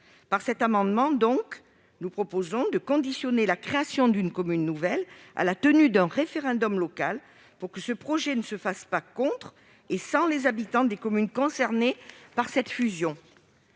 Par cet amendement, nous proposons donc de conditionner la création d'une commune nouvelle à la tenue d'un référendum local, pour que le projet ne se fasse pas contre les habitants des communes concernées par cette fusion,